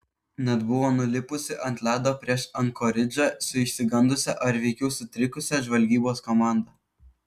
net buvo nulipusi ant ledo prieš ankoridžą su išsigandusia ar veikiau sutrikusia žvalgybos komanda